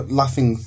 laughing